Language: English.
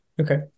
okay